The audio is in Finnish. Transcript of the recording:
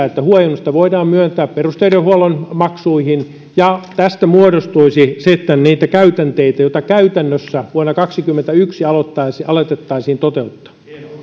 että huojennusta voidaan myöntää perusterveydenhuollon maksuihin tästä muodostuisi sitten niitä käytänteitä joita käytännössä vuonna kaksikymmentäyksi alettaisiin toteuttaa